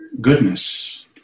goodness